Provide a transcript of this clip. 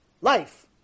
life